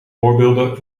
voorbeelden